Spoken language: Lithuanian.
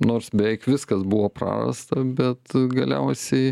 nors beveik viskas buvo prarasta bet galiausiai